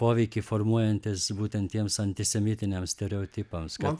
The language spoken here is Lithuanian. poveikį formuojantis būtent tiems antisemitiniams stereotipams kad